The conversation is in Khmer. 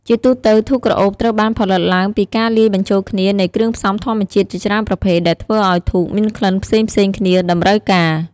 ជាទូទៅធូបក្រអូបត្រូវបានផលិតឡើងពីការលាយបញ្ចូលគ្នានៃគ្រឿងផ្សំធម្មជាតិជាច្រើនប្រភេទដែលធ្វើឲ្យធូបមានក្លិនផ្សេងៗគ្នាតម្រូវការ។